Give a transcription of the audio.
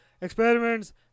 experiments